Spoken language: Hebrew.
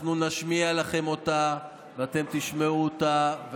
אנחנו נשמיע לכם אותה, ואתם תשמעו אותה.